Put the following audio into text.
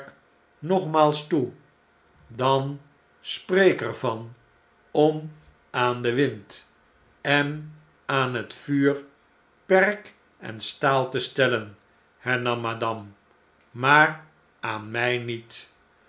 nogmaalstoe dan spreek er van om aan den wind en aan hetvuur perk en staal te stellen hernam madame maar aan mjj niet